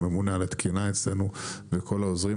שממונה על התקינה אצלנו וכל העוזרים.